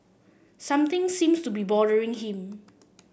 something seems to be bothering him